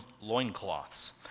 loincloths